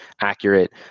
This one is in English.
accurate